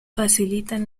facilitan